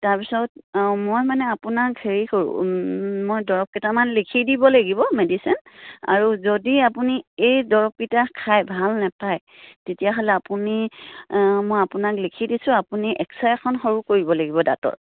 তাৰপিছত মই মানে আপোনাক হেৰি কৰোঁ মই দৰৱকেইটামান লিখি দিব লাগিব মেডিচিন আৰু যদি আপুনি এই দৰৱকেইটা খায় ভাল নাপায় তেতিয়াহ'লে আপুনি মই আপোনাক লিখি দিছোঁ আপুনি এক্সৰে এখন সৰু কৰিব লাগিব দাঁতৰ